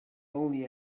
only